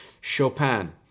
Chopin